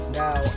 now